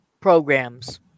programs